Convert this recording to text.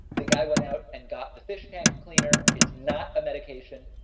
the guy went out and got the fish tank cleaner. it's not a medication.